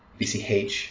vch